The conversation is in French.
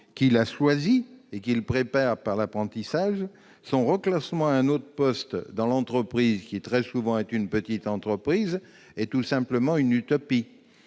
qu'il a choisi et prépare par l'apprentissage, son reclassement à un autre poste dans l'entreprise, qui est très souvent une petite entreprise, relève tout simplement de l'utopie.